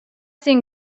seen